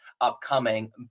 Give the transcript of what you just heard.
upcoming